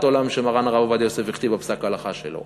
זו השקפת העולם שמרן הרב עובדיה הכתיב בפסק ההלכה שלו.